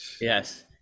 Yes